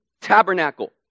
tabernacle